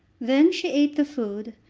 then she eat the food,